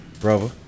Brother